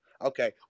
okay